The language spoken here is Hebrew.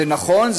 נכון,